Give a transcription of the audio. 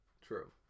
true